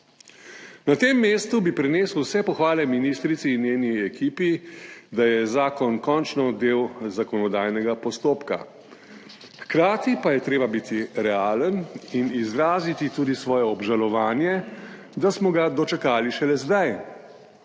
Na tem mestu bi prenesel vse pohvale ministrici in njeni ekipi, da je zakon končno del zakonodajnega postopka, hkrati pa je treba biti realen in izraziti tudi svoje obžalovanje, da smo ga dočakali šele zdaj,